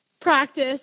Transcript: practice